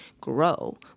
grow